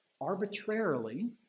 arbitrarily